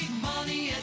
money